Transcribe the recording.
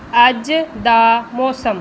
ਅੱਜ ਦਾ ਮੌਸਮ